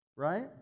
Right